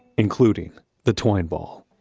including the twine ball.